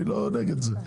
אני לא נגד זה.